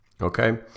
Okay